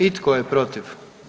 I tko je protiv?